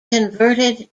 converted